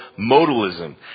modalism